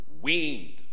weaned